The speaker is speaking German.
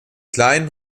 klein